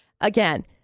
again